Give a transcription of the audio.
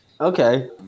Okay